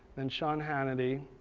then sean hannity,